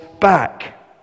back